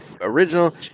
original